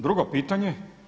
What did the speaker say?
Drugo pitanje.